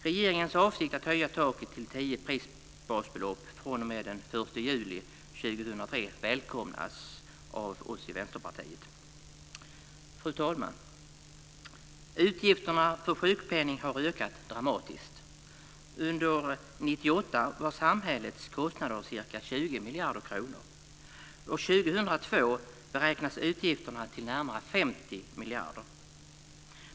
Regeringens avsikt att höja taket till tio prisbasbelopp fr.o.m. den 1 juli 2003 välkomnas av oss i Vänsterpartiet. Fru talman! Utgifterna för sjukpenning har ökat dramatiskt. Under 1998 var samhällets kostnader ca 20 miljarder kronor. År 2002 beräknas utgifterna till närmare 50 miljarder.